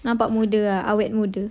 nampak muda ah awet muda